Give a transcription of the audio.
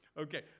Okay